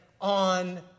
on